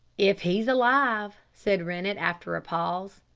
if he's alive, said rennett after a pause.